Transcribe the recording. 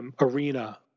Arena